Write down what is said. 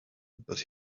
but